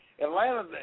Atlanta